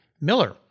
Miller